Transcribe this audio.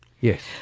Yes